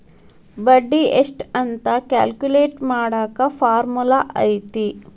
ಬಡ್ಡಿ ಎಷ್ಟ್ ಅಂತ ಕ್ಯಾಲ್ಕುಲೆಟ್ ಮಾಡಾಕ ಫಾರ್ಮುಲಾ ಐತಿ